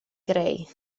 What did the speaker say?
greu